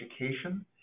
education